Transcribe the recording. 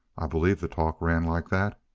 i believe the talk ran like that.